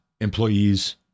employees